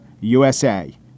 USA